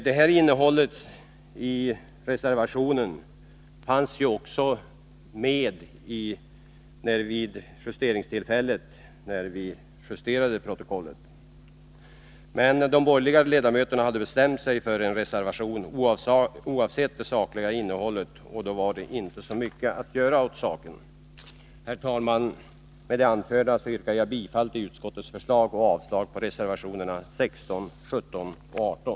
Detta innehåll och konstaterandet i reservationen fanns vid justeringstillfället också med i majoritetens skrivning. Men de borgerliga ledamöterna hade bestämt sig för en reservation, oavsett det sakliga innehållet, och då var det inte så mycket att göra åt saken. Herr talman! Med det anförda yrkar jag bifall till utskottets förslag och avslag på reservationerna 16, 17 och 18.